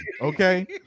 okay